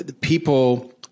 people